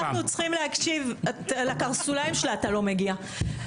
אפילו לקרסוליים שלה אתה לא מגיע,